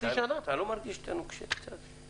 אתה לא מרגיש שאתה נוקשה קצת?